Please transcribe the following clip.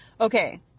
Okay